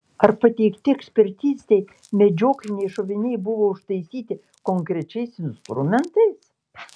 ar pateikti ekspertizei medžiokliniai šoviniai buvo užtaisyti konkrečiais instrumentais